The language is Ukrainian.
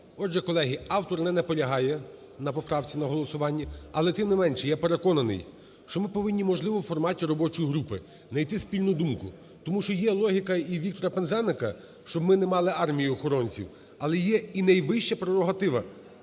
Отже, колеги, автор не наполягає на поправці, на голосуванні. Але, тим не менше, я переконаний, що ми повинні, можливо, у форматі робочої групи найти спільну думку. Тому що є логіка і у Віктора Пинзеника, щоб ми не мали армію охоронців. Але є і найвища прерогатива